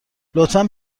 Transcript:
لطفا